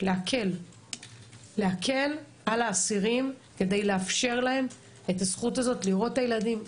להקל על האסירים כדי לאפשר להם את הזכות הזאת לראות את הילדים,